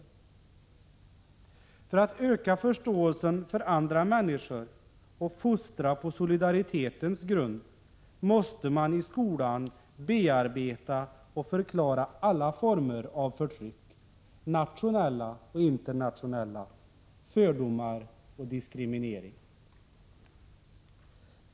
För att öka förståelsen för andra människor och fostra på solidaritetens grund, måste man i skolan bearbeta och förklara alla former av förtryck, nationella och internationella, fördomar och diskriminering.